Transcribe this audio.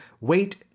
wait